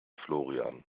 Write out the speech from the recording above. florian